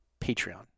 Patreon